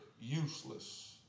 useless